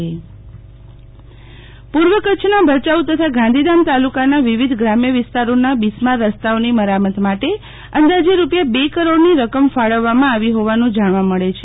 Sheetal Vaishnav Kutch રસ્તા મરંમત પૂર્વ કચ્છના ભયાઉ તથા ગાંધીધામ તાલુકાના વિવિધ ગ્રામ્ય વિસ્તારોના બિસ્માર રસ્તાઓની મરામત માટે અંદાજે રૂપિયા બે કરોડની રકમ ફાળવવામાં આવી હોવાનું જાણવા મળે છે